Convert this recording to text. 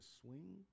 swing